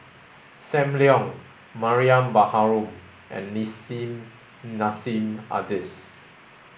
Sam Leong Mariam Baharom and Nissim Nassim Adis